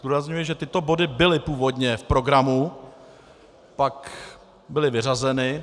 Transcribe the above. Zdůrazňuji, že tyto body byly původně v programu, pak byly vyřazeny.